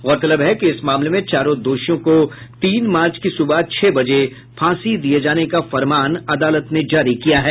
गौरतलब है कि इस मामले में चारों दोषियों को तीन मार्च की सुबह छह बजे फांसी दिये जाने का फरमान अदालत ने जारी किया है